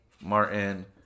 Martin